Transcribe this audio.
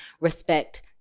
respect